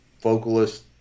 vocalist